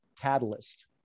catalyst